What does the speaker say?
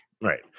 Right